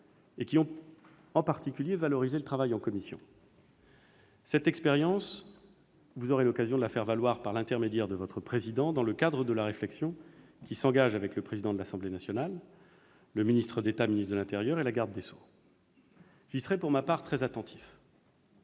et qui ont en particulier valorisé le travail en commission. Cette expérience, vous aurez l'occasion de la faire valoir par l'intermédiaire de votre président dans le cadre de la réflexion qui s'engage avec le président de l'Assemblée nationale, le ministre d'État, ministre de l'intérieur, et la garde des sceaux. J'y serai pour ma part très attentif.